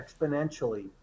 exponentially